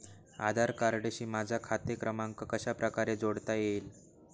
आधार कार्डशी माझा खाते क्रमांक कशाप्रकारे जोडता येईल?